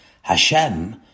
Hashem